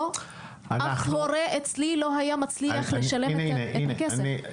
אף הורה אצלי לא היה מצליח לשלם את הכסף.